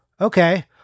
Okay